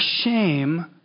shame